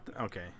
Okay